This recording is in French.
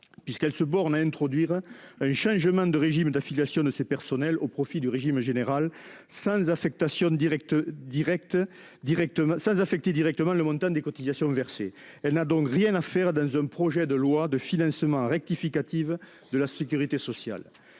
puisqu'elle se borne à introduire un changement de régime d'affiliation de ces personnels au profit du régime général sans affecter directement le montant des cotisations versées. Elle n'a donc rien à faire dans un projet de loi de financement rectificative de la sécurité sociale.